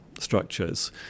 structures